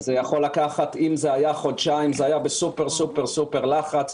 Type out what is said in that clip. אם זה היה חודשיים, זה היה בסופר-סופר לחץ.